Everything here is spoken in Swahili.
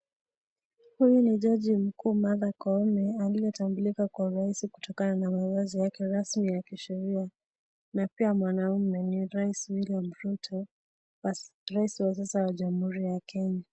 Huyu ni jaji mkuu Martha Koome, aliye tambulika kwa urahisi kutoka na uongozi wake rasmi ya kisheria na pia mwanaume ni rais William Ruto rais wa sasa wa Jamuhuri ya Kenya.